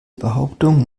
behauptung